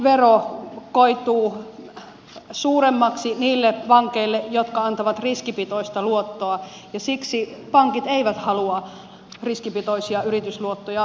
pankkivero koituu suuremmaksi niille pankeille jotka antavat riskipitoista luottoa ja siksi pankit eivät halua riskipitoisia yritysluottoja antaa